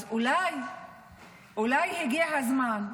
אז אולי הגיע הזמן שמישהו,